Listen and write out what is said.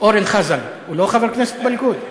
אורן חזן הוא לא חבר כנסת בליכוד?